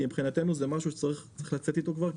כי מבחינתנו זה משהו שצריך לצאת איתו כבר,